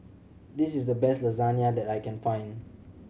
this is the best Lasagne that I can find